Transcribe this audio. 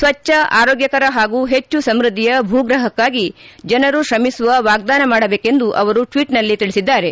ಸ್ವಚ್ಯ ಆರೋಗ್ಕಕರ ಹಾಗೂ ಹೆಚ್ಚು ಸಮೃದ್ಧಿಯ ಭೂಗ್ರಹಕ್ಕಾಗಿ ಜನರು ಶ್ರಮಿಸುವ ವಾಗ್ದಾನ ಮಾಡಬೇಕೆಂದು ಅವರು ಟ್ವೀಟ್ನಲ್ಲಿ ತಿಳಿಸಿದ್ದಾರೆ